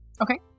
Okay